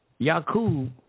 Yaku